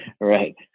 right